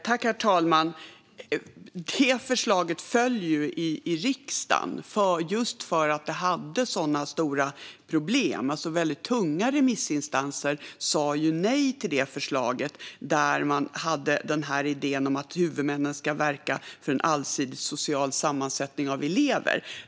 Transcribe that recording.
Herr talman! Det förslaget föll i riksdagen, just för att det hade så stora problem. Tunga remissinstanser sa nej till förslaget, som innehöll idén om att huvudmännen ska verka för en allsidig social sammansättning av elever.